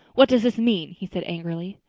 what does this mean? he said angrily.